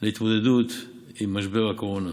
להתמודדות עם משבר הקורונה.